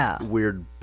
weird